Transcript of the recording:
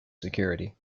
security